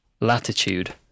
latitude